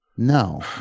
no